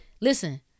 Listen